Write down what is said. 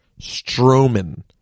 Strowman